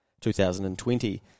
2020